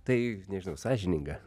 tai nežinau sąžininga